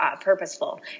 purposeful